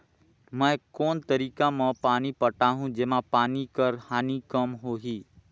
मैं कोन तरीका म पानी पटाहूं जेमा पानी कर हानि कम होही?